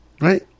Right